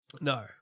No